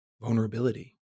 vulnerability